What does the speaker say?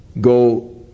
go